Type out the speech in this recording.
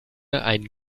ein